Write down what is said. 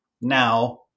now